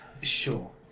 Sure